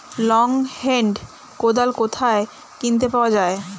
Long hand কোদাল কোথায় কিনতে পাওয়া যায়?